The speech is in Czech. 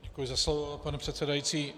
Děkuji za slovo, pane předsedající.